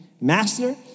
master